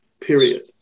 period